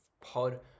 Pod